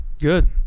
Good